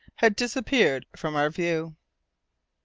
had disappeared from our view.